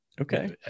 Okay